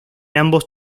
ambos